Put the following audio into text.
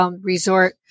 Resort